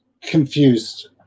confused